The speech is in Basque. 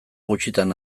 gutxitan